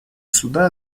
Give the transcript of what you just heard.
суда